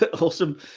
awesome